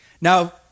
Now